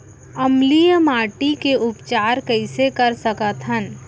अम्लीय माटी के उपचार कइसे कर सकत हन?